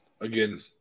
again